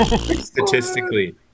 statistically